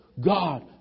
God